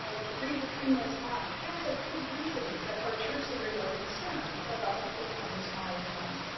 so if you read between those lines, there is a good reason that our church leaders are concerned about people having smaller families.